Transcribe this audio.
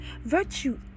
virtue